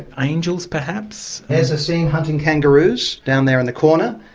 angels perhaps. there's a scene hunting kangaroos down there in the corner.